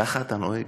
ככה אתה נוהג?